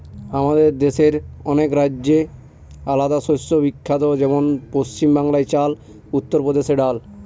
আমাদের দেশের অনেক রাজ্যে আলাদা শস্য বিখ্যাত যেমন পশ্চিম বাংলায় চাল, উত্তর প্রদেশে ডাল